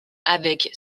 avec